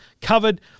covered